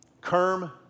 Kerm